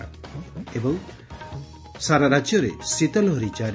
ଏବଂ ସାରା ରାଜ୍ୟରେ ଶୀତ ଲହରୀ ଜାରି